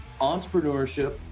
entrepreneurship